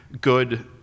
good